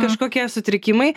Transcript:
kažkokie sutrikimai